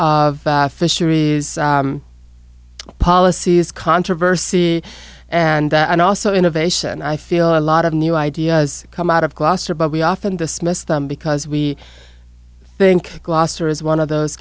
of fishery policies controversy and that and also innovation i feel a lot of new ideas come out of gloucester but we often dismissed them because we think gloucester is one of those